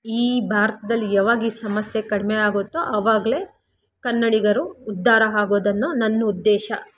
ಈ ಭಾರತ್ದಲ್ಲಿ ಯಾವಾಗ ಈ ಸಮಸ್ಯೆ ಕಡಿಮೆಯಾಗುತ್ತೊ ಅವಾಲೇ ಕನ್ನಡಿಗರು ಉದ್ಧಾರ ಆಗೋದನ್ನೊ ನನ್ನ ಉದ್ದೇಶ